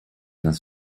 нас